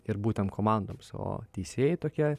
ir būtent komandoms o teisėjai tokie